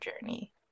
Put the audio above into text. journey